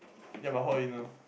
ya but how you know